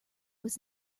was